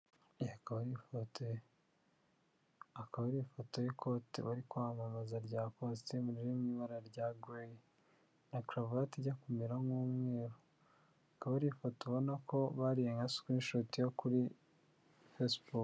Akaba ari ifoto y'ikote bari kwamamaza rya kositimu riri mu ibara rya gureyi na karovati ijya kumera nk'umweru. Akaba ari ifoto ubona ko bariye nka sikurinishuti yo kuri fesibuku.